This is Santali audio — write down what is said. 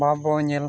ᱵᱟᱵᱚ ᱧᱮᱞ